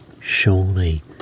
surely